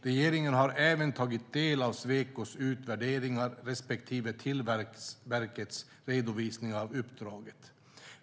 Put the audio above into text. Regeringen har även tagit del av Swecos utvärderingar respektive Tillväxtverkets redovisningar av uppdraget.